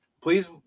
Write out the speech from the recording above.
Please